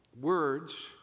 Words